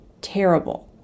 terrible